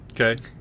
Okay